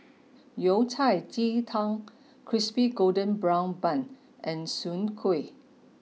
Yao Cai Ji Tang Crispy Golden Brown Bun and Soon Kuih